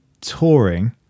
touring